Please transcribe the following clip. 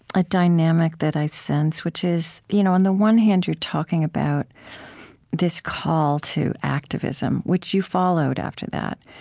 a dynamic that i sense, which is you know on the one hand, you're talking about this call to activism, which you followed after that.